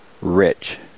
rich